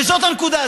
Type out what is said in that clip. וזאת הנקודה,